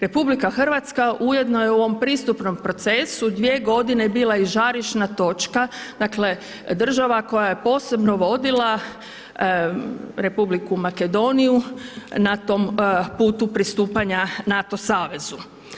RH ujedno je u ovom pristupnom procesu dvije godine bila i žarišna točka, dakle država koja je posebno vodila Republiku Makedoniju na tom putu pristupanja NATO savezu.